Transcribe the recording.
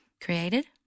created